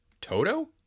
Toto